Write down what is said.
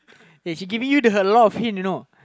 wait she giving you a lot of hint you know